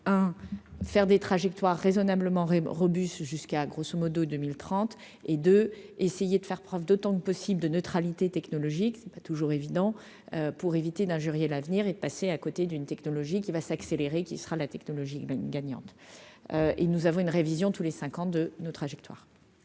hein, faire des trajectoires raisonnablement robuste jusqu'à grosso modo 2030 et 2, essayer de faire preuve d'autant que possible de neutralité technologique, c'est pas toujours évident pour éviter d'injurier l'avenir est passé à côté d'une technologie qui va s'accélérer, qui sera la technologie gagnante et nous avons une révision tous les 5 ans de nos trajectoires.